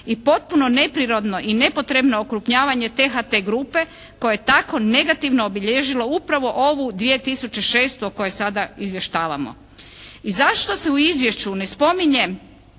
i potpuno neprirodno i nepotrebno okrupnjavanje THT grupe koja je tako negativno obilježila upravo ovu 2006. o kojoj sada izvještavamo. I zašto se u izvješću ne spominje